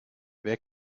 wer